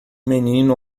menino